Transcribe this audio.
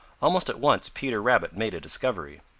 almost at once peter rabbit made a discovery.